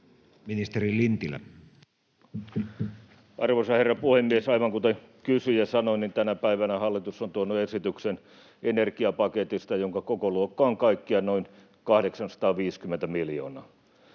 Ministeri Lintilä. Arvoisa herra puhemies! Aivan kuten kysyjä sanoi, tänä päivänä hallitus on tuonut esityksen energiapaketista, jonka kokoluokka on kaikkiaan noin 850 miljoonaa.